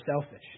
selfish